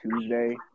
Tuesday